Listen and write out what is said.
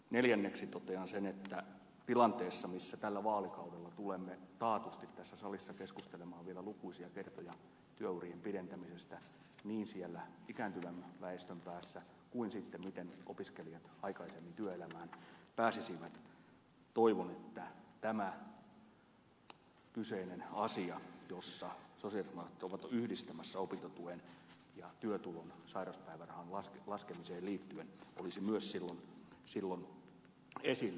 neljänneksi totean sen että tilanteessa jossa tällä vaalikaudella tulemme taatusti tässä salissa keskustelemaan vielä lukuisia kertoja työurien pidentämisestä niin siellä ikääntyvämmän väestön päässä kuin sitten siitä miten opiskelijat aikaisemmin työelämään pääsisivät toivon että tämä kyseinen asia jossa sosialidemokraatit ovat yhdistämässä opintotuen ja työtulon sairaspäivärahan laskemiseen liittyen olisi myös silloin esillä